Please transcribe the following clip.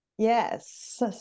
Yes